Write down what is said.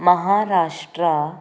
Maharashtra